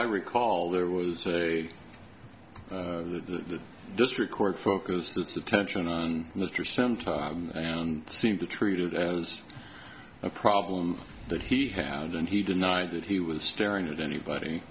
i recall there was the district court focus its attention on mr sim time and seemed to treat it as a problem that he had and he denied that he was staring at anybody